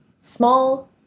small